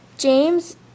James